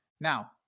Now